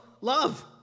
love